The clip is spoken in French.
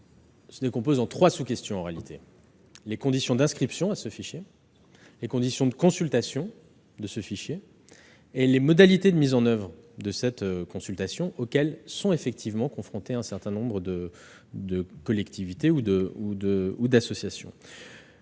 se décompose en trois sous-questions : les conditions d'inscription à ce fichier, les conditions de consultation et les modalités de mise en oeuvre de cette consultation auxquelles sont confrontées un certain nombre de collectivités ou d'associations.